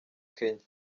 kenya